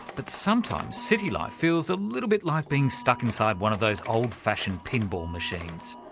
but sometimes city life feels a little bit like being stuck inside one of those old-fashioned pinball machines.